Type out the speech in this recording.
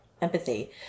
empathy